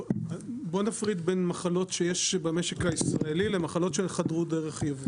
בוא נפריד בין מחלות שיש במשק הישראלי למחלות שחדרו דרך יבוא.